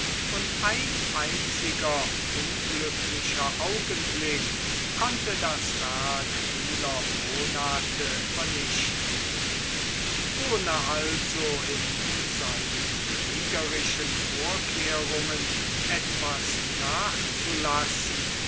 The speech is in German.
und ein einziger unglücklicher augenblick konnte das werk vieler monate vernichten ohne also in seinen kriegerischen vorkehrungen etwas nachzulassen